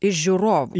iš žiūrovų